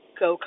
go